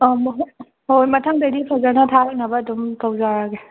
ꯑꯧ ꯍꯣꯏ ꯃꯊꯪꯗꯩꯗꯤ ꯐꯖꯅ ꯊꯥꯔꯛꯅꯕ ꯑꯗꯨꯝ ꯇꯧꯖꯔꯒꯦ